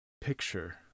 picture